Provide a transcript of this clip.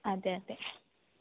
അതെയതെ